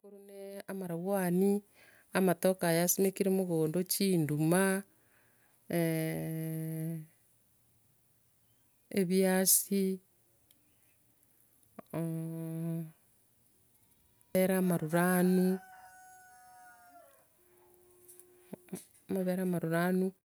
Chia abakoro na amanyabwari, amatoke aya asimekire mogondo, chinduma ebiasi, amabere amaruranu m- m- amabere amaruranu.